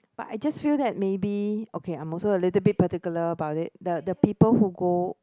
but I just feel that maybe okay I'm also a little bit particular about it the the people who go